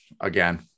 again